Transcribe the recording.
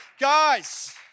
Guys